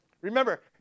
Remember